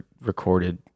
recorded